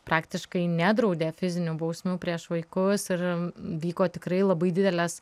praktiškai nedraudė fizinių bausmių prieš vaikus ir vyko tikrai labai didelės